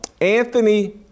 Anthony